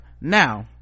now